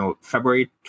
February